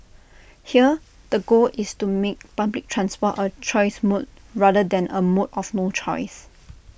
here the goal is to make public transport A choice mode rather than A mode of no choice